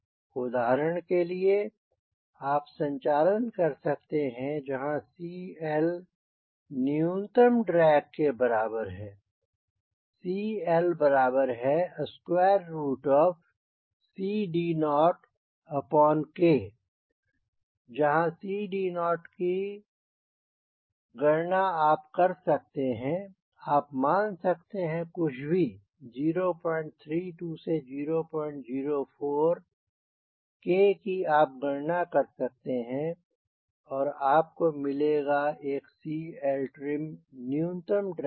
उदाहरण के लिए आप संचालन कर सकते हैं जहाँ CL न्यूनतम ड्रैग के बराबर है CLCD0K जहाँ आपCD0 की गणना कर सकते हैं आप मान सकते है कुछ भी 032 से 004 K की आप गणना कर सकते हैं और आपको मिलेगा एक CLtrim न्यूनतम ड्रैग पर